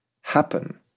happen